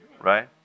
right